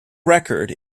record